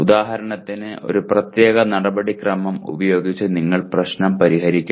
ഉദാഹരണത്തിന് ഒരു പ്രത്യേക നടപടിക്രമം ഉപയോഗിച്ച് നിങ്ങൾ പ്രശ്നം പരിഹരിക്കണം